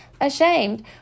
ashamed